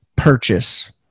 Purchase